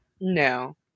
no